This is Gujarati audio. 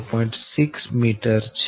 6 m છે